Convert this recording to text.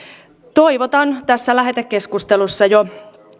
toivotan tässä lähetekeskustelussa jo